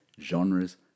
Genres